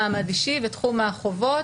מעמד אישי ותחום החובות.